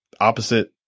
opposite